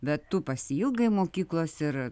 bet tu pasiilgai mokyklos ir